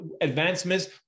advancements